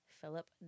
Philip